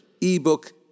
ebook